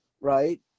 Right